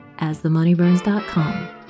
asthemoneyburns.com